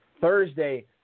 Thursday